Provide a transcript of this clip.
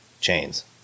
chains